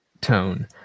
tone